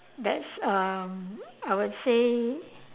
that's um I would say